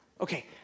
Okay